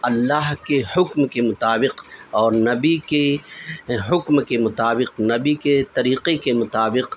اللہ کے حکم کے مطابق اور نبی کی حکم کے مطابق نبی کے طریقے کے مطابق